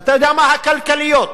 ואתה יודע מה, הכלכליות,